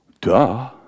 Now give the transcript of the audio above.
Duh